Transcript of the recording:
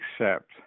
accept